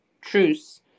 truce